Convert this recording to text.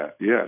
Yes